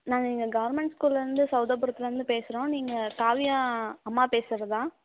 நாங்கள் இங்கே கவர்ன்மெண்ட் ஸ்கூல்லேருந்து சௌதாபுரத்திலேருந்து பேசுகிறோம் நீங்கள் காவியா அம்மா பேசுகிறதா